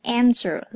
answer